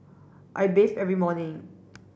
I bathe every morning